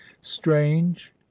strange